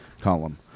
column